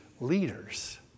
leaders